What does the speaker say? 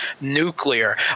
nuclear